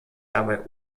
dabei